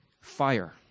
fire